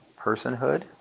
Personhood